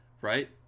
right